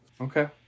Okay